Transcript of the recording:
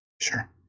Sure